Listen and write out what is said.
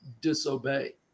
disobey